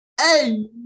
hey